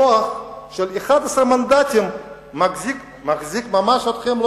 הכוח של 11 מנדטים מחזיק אתכם ממש,